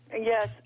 yes